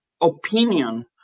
opinion